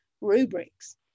rubrics